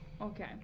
Okay